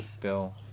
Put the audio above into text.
bill